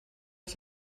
ist